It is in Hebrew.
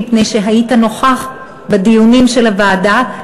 מפני שהיית נוכח בדיונים של הוועדה,